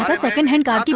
but second hand car.